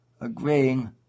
Agreeing